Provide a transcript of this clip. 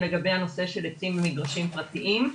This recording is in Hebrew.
היא לגביה נושא של עצים במגרשים פרטיים.